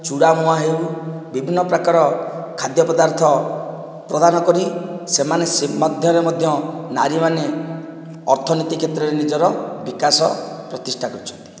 ଚୁଡ଼ା ମୁଆଁ ହେଉ ବିଭିନ୍ନ ପ୍ରକାର ଖାଦ୍ୟ ପଦାର୍ଥ ପ୍ରଦାନ କରି ସେମାନେ ସେ ମଧ୍ୟରେ ମଧ୍ୟ ନାରୀମାନେ ଅର୍ଥନୀତି କ୍ଷେତ୍ରରେ ନିଜର ବିକାଶ ପ୍ରତିଷ୍ଠା କରିଛନ୍ତି